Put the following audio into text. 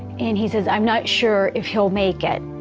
and he said, i'm not sure if he'll make it.